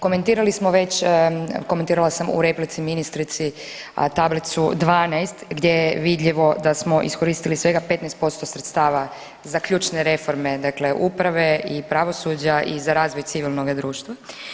Komentirali smo već, komentirala sam u replici ministrici Tablicu 12 gdje je vidljivo da smo iskoristili svega 15% sredstava za ključne reforme dakle uprave i pravosuđa i za razvoj civilnoga društva.